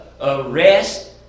arrest